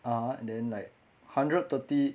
(uh huh) and then like hundred thirty